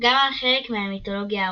גם על חלק מהמיתולוגיה הרומית.